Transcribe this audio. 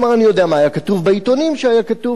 אני יודע מה היה כתוב בעיתונים שהיה כתוב בה,